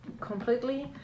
completely